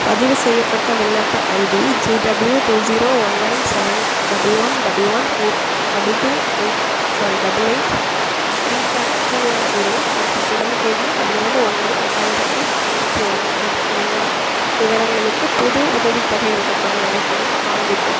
பதிவுசெய்யப்பட்ட விண்ணப்ப ID GW two zero one nine seven double one double one four double two eight sorry double eight three five two one zero மற்றும் பிறந்த தேதி பதினேழு ஒன்னு ரெண்டாயிரத்தி இருவத்தி ஒன்னு என்ற எண்ணு விவரங்களுக்கு புது உதவித்தொகை விண்ணப்பங்கள் அனைத்தையும் காண்பிக்கவும்